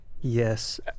Yes